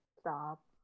stop